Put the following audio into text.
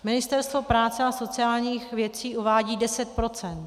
Ministerstvo práce a sociálních věcí uvádí 10 %.